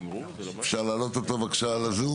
אפשר להעלות אותו לזום?